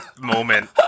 moment